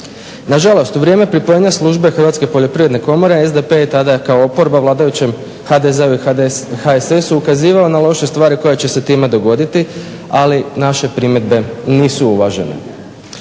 Nažalost, u vrijeme pripojenja službe Hrvatske poljoprivredne komore SDP je tada kao oporba vladajućem HDZ-u i HSS-u ukazivao na loše stvari koje će se time dogoditi, ali naše primjedbe nisu uvažene.